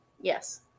Yes